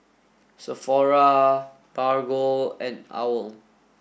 Sephora Bargo and OWL